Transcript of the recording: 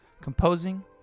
composing